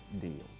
deals